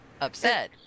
upset